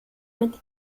mit